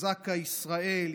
זק"א ישראל,